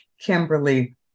Kimberly